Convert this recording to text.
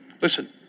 listen